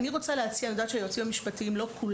אני יודעת שלא כל היועצים המשפטיים פה,